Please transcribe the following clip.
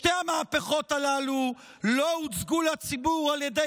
שתי המהפכות הללו לא הוצגו לציבור על ידי